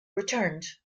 returned